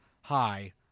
Hi